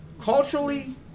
Culturally